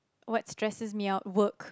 what stresses me out work